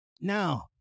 Now